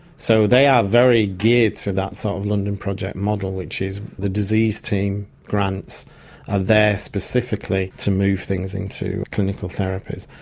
so they are very geared to that sort of london project model, which is the disease team grants are there specifically to move things into clinical therapies.